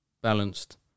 balanced